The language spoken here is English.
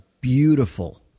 beautiful